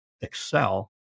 excel